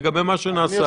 לגבי מה שנעשה.